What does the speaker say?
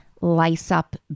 lace-up